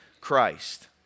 Christ